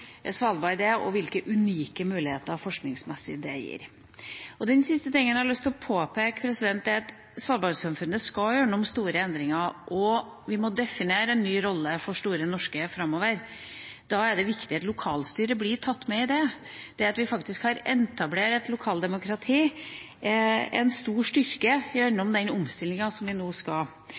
Svalbard er, og hvilke unike muligheter det gir forskningsmessig. Den siste tingen jeg har lyst til å påpeke, er at Svalbard-samfunnet skal gjøre noen store endringer, og vi må definere en ny rolle for Store Norske framover. Da er det viktig at lokalstyret blir tatt med i det. Det at vi faktisk har etablert et lokaldemokrati, er en stor styrke i den omstillingen som vi nå skal